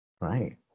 Right